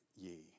ye